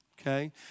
okay